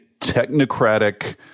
technocratic